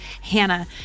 Hannah